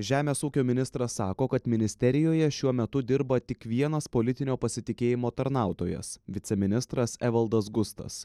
žemės ūkio ministras sako kad ministerijoje šiuo metu dirba tik vienas politinio pasitikėjimo tarnautojas viceministras evaldas gustas